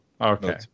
okay